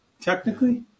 Technically